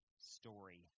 story